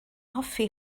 hoffi